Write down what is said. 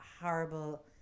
horrible